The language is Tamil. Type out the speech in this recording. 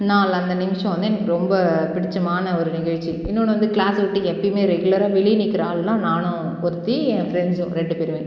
நாள் அந்த நிமிஷம் வந்து எனக்கு ரொம்ப பிடித்தமான ஒரு நிகழ்ச்சி இன்னொன்று வந்து கிளாஸை விட்டு எப்பவுமே ரெகுலராக வெளியே நிற்குற ஆளுனால் நானும் ஒருத்தி என் ஃப்ரெண்ட்ஸும் ரெண்டு பேருமே